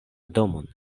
domon